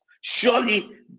Surely